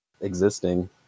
existing